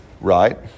right